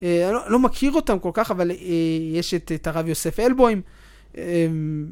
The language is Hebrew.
אה.. אני לא, לא מכיר אותם כל כך, אבל אה.. יש את, את הרב יוסף אלבוים.. אהמ..